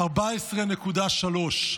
14.3,